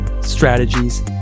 strategies